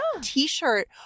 t-shirt